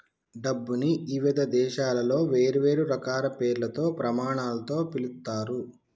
డబ్బుని ఇవిధ దేశాలలో వేర్వేరు రకాల పేర్లతో, ప్రమాణాలతో పిలుత్తారు